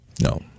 no